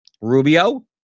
Rubio